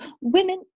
women